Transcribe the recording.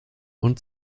und